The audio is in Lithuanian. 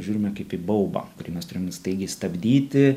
žiūrime kaip į baubą kurį mes turime staigiai stabdyti